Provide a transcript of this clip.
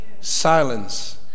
Silence